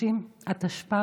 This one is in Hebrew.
ועדת הכלכלה.